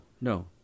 no